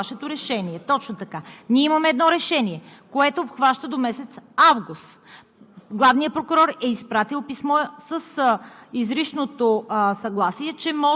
той трябва отново да мине през Комисията по правни въпроси, така както Вие сте написали във Вашето решение. Точно така! Имаме едно решение, което обхваща до месец август.